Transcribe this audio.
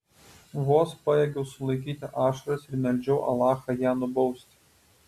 vos pajėgiau sulaikyti ašaras ir meldžiau alachą ją nubausti